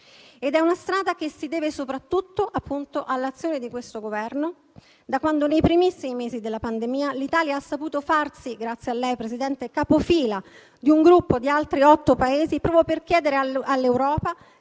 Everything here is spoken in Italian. EU. È una strada che si deve soprattutto all'azione di questo Governo, da quando nei primissimi mesi della pandemia l'Italia ha saputo farsi, grazie a lei, presidente Conte, capofila di un gruppo di altri otto Paesi proprio per chiedere all'Europa